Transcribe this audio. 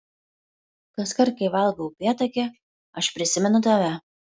kaskart kai valgau upėtakį aš prisimenu tave